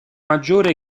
maggiore